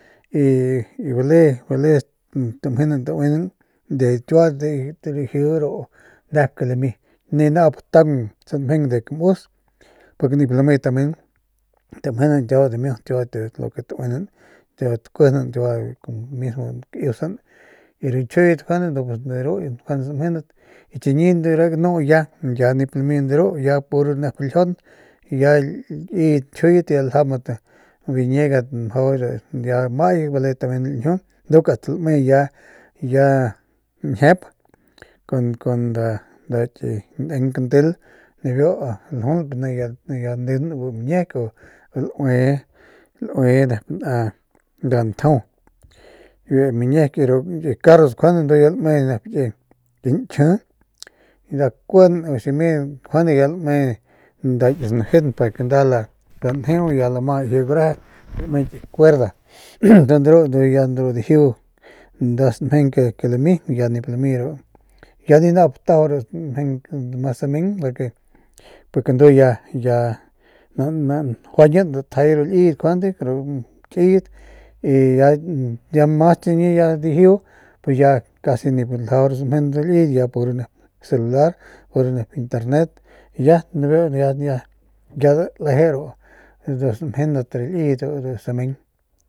Y bale bale stamjenan tauinan de kiua lajide ru ke lami ni naau pik taungde ru samjing de ru kamus purke nip lami tamen tamjinan dimiut nep kiua de lo que tauinan tajinan mismo iusan y ru ñkjiuyet njuande de ru samjenat chiñi de re ganu ya ya nip lami de ru ya puro ya nep ljiaunt ya liyet ñjiuyet ya ljaunbat biñiegat mjau ya ama ay bale tamen lañjiu nduk asta lame ya ya ya ñjiep kun nda ki laliñ kantil nibiu ljulp nibiu ya neun biu miñiek laue laue nep n a nda ntjau y biu miñiek y ru ki carros ndu njuande lame njuande nep ki n a ki nep kuin u ximi njuande ya lame nda ki sanjeunt pa ya nda lane eu y lama gureje lame ki cuerda ntu de ru njuy ya dijiu nda samjeng ke lame ya nip lami ru ya ni nau pi tajau de ru samjeng mas sameng porque porque ndu ya ya najuñan datjay ru liyet njuande ru kiyet ya mas chiñi ya dijiu pus ya casi nip ljajau ru samjenat ru liyet ya puro ru nep celular pur nep internet ya nibiu ya daleje ru samjenat ru liyet mas sameng.